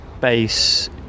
base